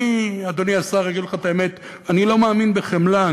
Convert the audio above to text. אדוני השר, אגיד לך את האמת: אני לא מאמין בחמלה.